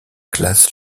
classe